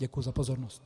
Děkuji za pozornost.